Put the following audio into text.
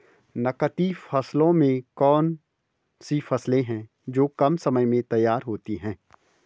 नकदी फसलों में कौन सी फसलें है जो कम समय में तैयार होती हैं?